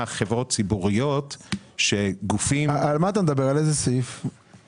חברות ציבוריות --- על איזה סעיף אתה מדבר?